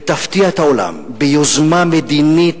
ותפתיע את העולם ביוזמה מדינית,